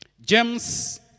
James